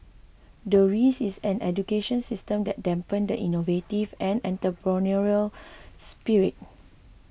the risk is an education system that dampen the innovative and entrepreneurial spirit